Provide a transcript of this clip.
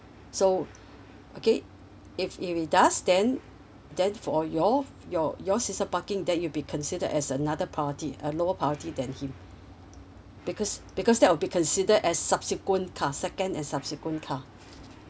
so okay if if he does then then for your your your season parking then it'll be considered as another party a lower party than him because because that will be consider as subsequent car second and subsequent car